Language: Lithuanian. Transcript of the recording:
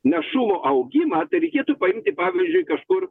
našų augimą tai reikėtų paimti pavyzdžiui kažkur